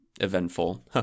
eventful